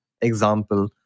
example